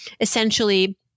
essentially